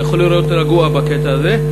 אתה יכול להיות רגוע בקטע הזה.